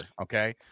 Okay